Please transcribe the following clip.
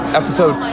episode